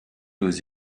aux